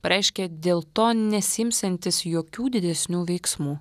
pareiškė dėl to nesiimsiantis jokių didesnių veiksmų